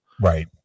right